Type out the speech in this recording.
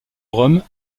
rome